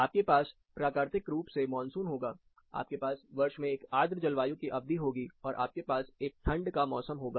आपके पास प्राकृतिक रूप से मानसून होगा आपके पास वर्ष में एक आर्द्र जलवायु की अवधि होगी और आपके पास एक ठंड का मौसम होगा